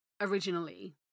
originally